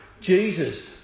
Jesus